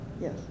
yes